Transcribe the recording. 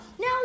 Now